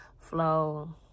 Flow